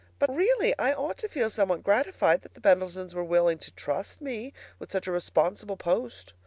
but really i ought to feel somewhat gratified that the pendletons were willing to trust me with such a responsible post.